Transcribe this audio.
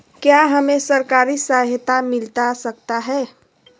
क्या हमे सरकारी सहायता मिलता सकता है?